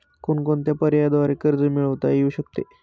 कोणकोणत्या पर्यायांद्वारे कर्ज मिळविता येऊ शकते?